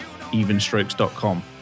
evenstrokes.com